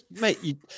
mate